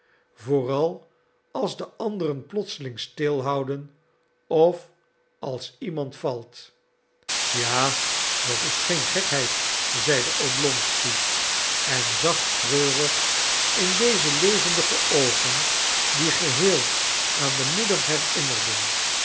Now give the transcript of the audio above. vooral als de anderen plotseling stilhouden of als iemand valt ja dat is geen gekheid zeide oblonsky en zag treurig in deze levendige oogen die geheel aan de moeder herinnerden